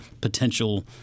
potential